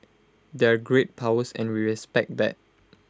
they're great powers and we respect that